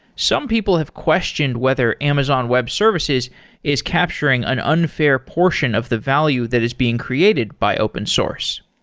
some people have questioned whether amazon web services is capturing an unfair portion of the value that is being created by open source.